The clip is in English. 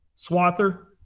swather